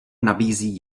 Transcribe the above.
nabízí